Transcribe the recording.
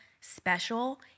special